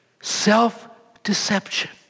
Self-deception